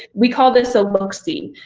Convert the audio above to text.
we call this a look-see.